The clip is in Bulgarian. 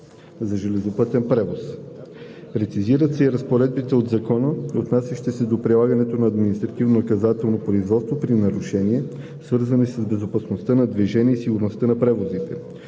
за железопътен превоз. Прецизират се и разпоредбите от Закона, отнасящи се до прилагането на административнонаказателно производство при нарушения, свързани с безопасността на движението и сигурността на превозите,